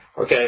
Okay